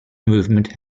movement